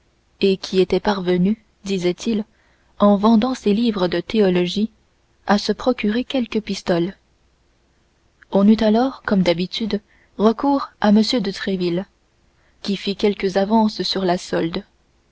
et qui était parvenu disait-il en vendant ses livres de théologie à se procurer quelques pistoles on eut alors comme d'habitude recours à m de tréville qui fit quelques avances sur la solde